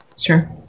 Sure